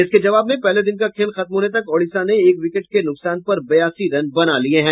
इसके जवाब में पहले दिन का खेल खत्म होने तक ओडिशा ने एक विकेट के नुकसान पर बयासी रन बना लिया है